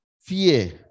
fear